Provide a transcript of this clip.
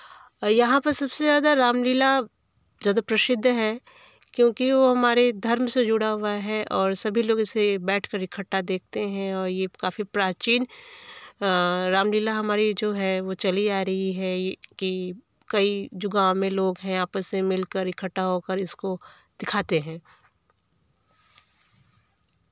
और यहाँ पर सबसे ज़्यादा रामलीला ज़्यादा प्रसिद्ध है क्योंकि वो हमारे धर्म से जुड़ा हुआ है और सभी लोग इसे बैठकर इकट्ठा देखते हैं और यह काफ़ी प्राचीन रामलीला हमारी जो है वो चली आ रही है कि कई जो गाँव में लोग हैं आपस में मिलकर इकट्ठा होकर इसको दिखाते हैं